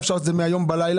אפשר לעשות את זה מהיום בלילה,